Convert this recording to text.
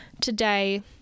today